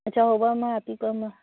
ꯑꯆꯧꯕ ꯑꯃ ꯑꯄꯤꯛꯄ ꯑꯃ